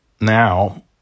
now